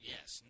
Yes